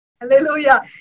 Hallelujah